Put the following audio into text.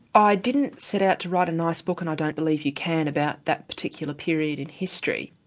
i didn't set out to write a nice book, and i don't believe you can, about that particular period in history.